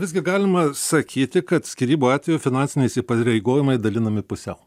visgi galima sakyti kad skyrybų atveju finansiniai įsipareigojimai dalinami pusiau